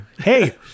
Hey